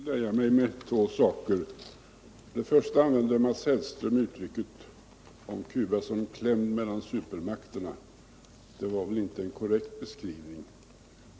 Herr talman! Jag vill nöja mig med att säga två saker. För det första använde Mats Hellström uttrycket att Cuba är ”klämt mellan supermakterna”, men det var ingen korrekt beskrivning.